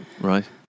Right